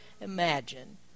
imagine